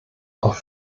auf